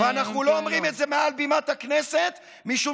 אנחנו לא אומרים את זה מעל בימת הכנסת משום